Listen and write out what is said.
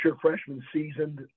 freshman-seasoned